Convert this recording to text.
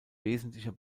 wesentlicher